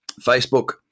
Facebook